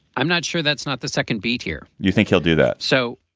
i'm not sure that's not the second beat here. you think he'll do that? so.